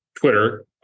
twitter